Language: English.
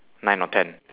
nine or ten